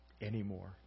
Anymore